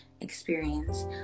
experience